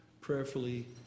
prayerfully